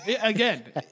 again